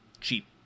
cheap